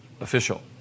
official